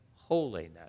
holiness